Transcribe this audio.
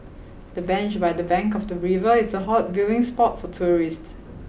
the bench by the bank of the river is a hot viewing spot for tourists